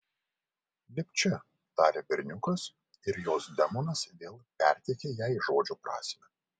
lipk čia tarė berniukas ir jos demonas vėl perteikė jai žodžių prasmę